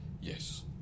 Yes